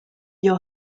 your